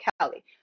Kelly